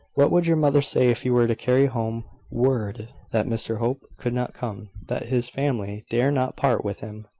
what would your mother say if you were to carry home word that mr hope could not come that his family dare not part with him?